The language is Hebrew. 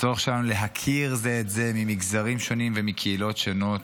הצורך שלנו להכיר זה את זה ממגזרים שונים ומקהילות שונות,